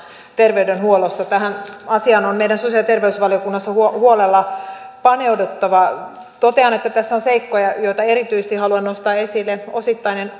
terveydenhuollossa tähän asiaan on meidän sosiaali ja terveysvaliokunnassa huolella paneuduttava totean että tässä on seikkoja joita erityisesti haluan nostaa esille kuten osittainen